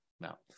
now